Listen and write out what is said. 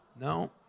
No